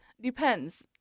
depends